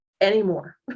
anymore